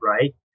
right